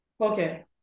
Okay